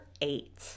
eight